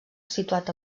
situat